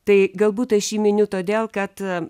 tai galbūt aš jį miniu todėl kad